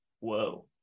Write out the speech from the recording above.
Whoa